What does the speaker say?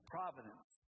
Providence